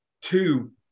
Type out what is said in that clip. two